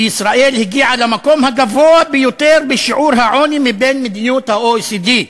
וישראל הגיעה למקום הגבוה ביותר בשיעור העוני מבין מדינות ה-OECD,